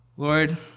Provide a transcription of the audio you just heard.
Lord